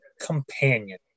companion